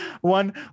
One